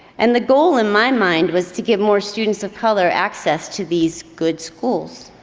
and the goal in my mind was to give more students of color access to these good schools.